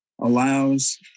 allows